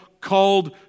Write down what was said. called